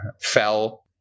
fell